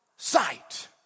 sight